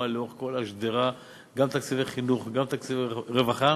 לאורך כל השדרה: גם תקציבי חינוך וגם תקציבי רווחה